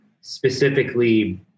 specifically